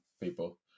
people